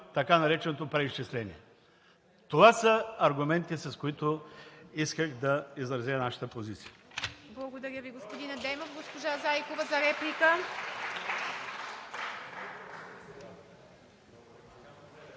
така нареченото преизчисление. Това са аргументите, с които исках да изразя нашата позиция.